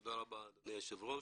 תודה אדוני היושב ראש.